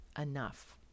enough